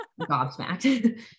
gobsmacked